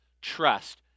trust